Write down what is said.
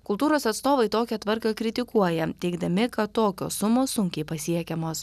kultūros atstovai tokią tvarką kritikuoja teigdami kad tokios sumos sunkiai pasiekiamos